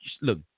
Look